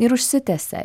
ir užsitęsia